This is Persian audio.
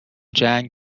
جنگ